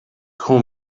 call